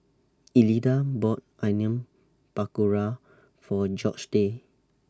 Elida bought Onion Pakora For Georgette